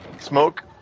smoke